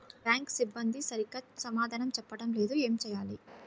Bank సిబ్బంది సరిగ్గా సమాధానం చెప్పటం లేదు ఏం చెయ్యాలి?